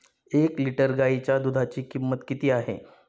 एक लिटर गाईच्या दुधाची किंमत किती आहे?